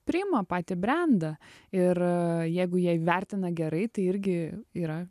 priima patį brendą ir jeigu jie įvertina gerai tai irgi yra